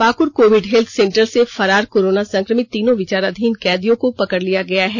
Pakur covid health center से फरार corona संक्रमित तीनों विचाराधीन कैदियों को पकड़ लिया गया है